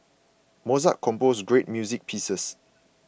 Mozart composed great music pieces